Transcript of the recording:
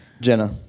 Jenna